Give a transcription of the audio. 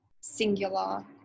singular